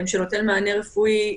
שנותן מענה רפואי,